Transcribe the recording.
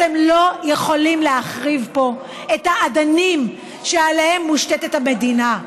אתם לא יכולים להחריב פה את האדנים שעליהם מושתתת המדינה.